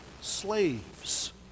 slaves